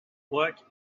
work